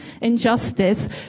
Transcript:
injustice